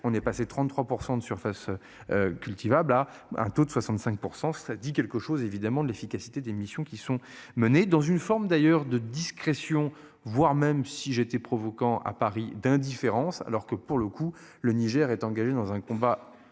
On est passé de 33% de surface. Cultivable à un taux de 65%. Cela dit quelque chose évidemment de l'efficacité des missions qui sont menées dans une forme d'ailleurs de discrétion voire même si j'ai été provoquant à Paris d'indifférence alors que pour le coup, le Niger est engagé dans un con